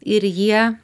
ir jie